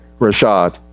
Rashad